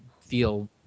feel